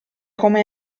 come